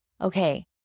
okay